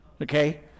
Okay